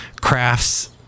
crafts